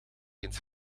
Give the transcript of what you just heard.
eens